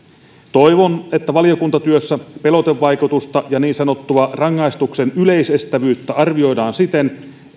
toivon että valiokuntatyössä pelotevaikutusta ja niin sanottua rangaistuksen yleisestävyyttä arvioidaan sen